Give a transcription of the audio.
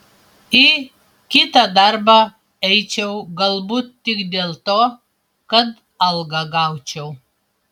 į kitą darbą eičiau galbūt tik dėl to kad algą gaučiau